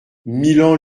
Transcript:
milan